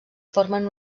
formen